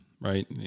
right